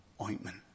ointment